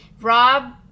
Rob